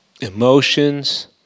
emotions